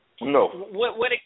No